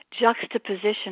juxtaposition